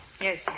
Yes